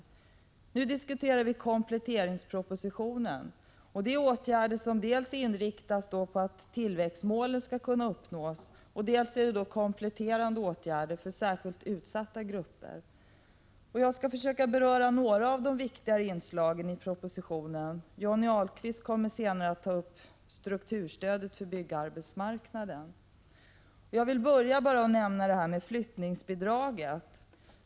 Kompletteringspropositionen, som vi nu diskuterar, innehåller dels förslag till åtgärder som är inriktade på att tillväxtmålen skall kunna uppnås, dels förslag till kompletterande åtgärder för särskilt utsatta grupper. Jag skall beröra några av de viktigare inslagen i propositionen. Johnny Ahlqvist kommer senare att beröra strukturstödet för byggarbetsmarknaden. Jag vill börja med att ta upp detta med ändrade regler för flyttningsbidraget.